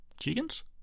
chickens